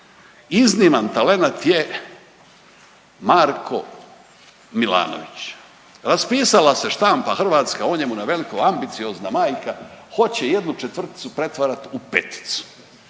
izniman talent je Marko Milanović. Raspisala se štampa hrvatska o njemu na veliko, ambiciozna majka hoće jednu četvrticu pretvarati u peticu.